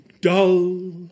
dull